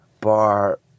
bar